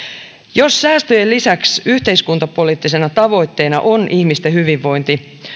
jos säästöjen lisäksi yhteiskuntapoliittisena tavoitteena on ihmisten hyvinvointi